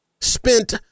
spent